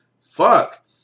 Fuck